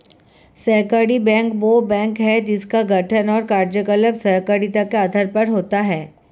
सहकारी बैंक वे बैंक हैं जिनका गठन और कार्यकलाप सहकारिता के आधार पर होता है